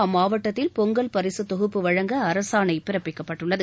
அம்மாவட்டத்தில் பொங்கல் பரிசுத் தொகுப்பு வழங்க அரசாணை பிறப்பிக்கப்பட்டுள்ளது